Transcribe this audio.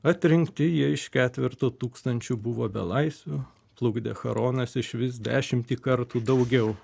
atrinkti jie iš ketverto tūkstančių buvo belaisvių plukdė charonas išvis dešimtį kartų daugiau